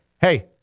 hey